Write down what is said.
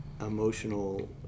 emotional